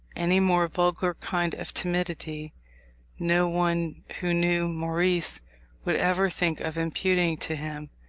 any more vulgar kind of timidity no one who knew maurice would ever think of imputing to him,